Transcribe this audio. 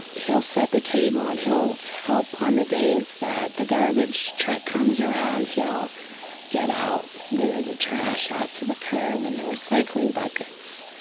he'll set the table and he'll help on the days that the garbage truck comes around. he'll get the the trash out to the curb and the recycling buckets.